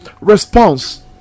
response